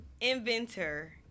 inventor